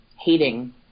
hating